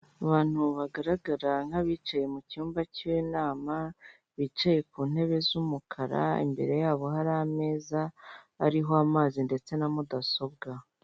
Abantu bagaragara nk'abicaye mu cyumba cy'inama bicaye ku ntebe z'umukara, imbere yabo hari ameza ariho amazi ndetse na mudasobwa.